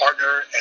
partner